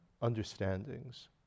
understandings